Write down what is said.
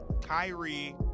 Kyrie